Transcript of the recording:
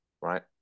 right